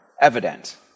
evident